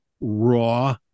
raw